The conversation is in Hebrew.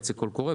וייצא קול קורא,